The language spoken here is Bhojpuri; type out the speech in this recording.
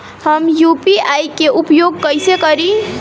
हम यू.पी.आई के उपयोग कइसे करी?